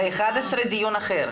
ב-11:00 יש דיון אחר.